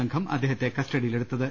സംഘം അദ്ദേ ഹത്തെ കസ്റ്റഡിയിലെടുത്തത്